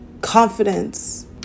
confidence